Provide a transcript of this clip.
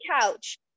couch